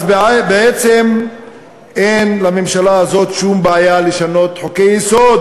אז בעצם אין לממשלה הזאת שום בעיה לשנות חוקי-יסוד